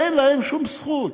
אין להם שום זכות.